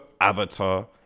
Avatar